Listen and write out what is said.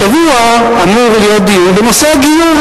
השבוע אמור להיות דיון בנושא הגיור,